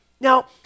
Now